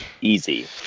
Easy